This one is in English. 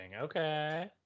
okay